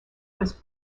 was